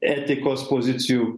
etikos pozicijų